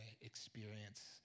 experience